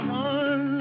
one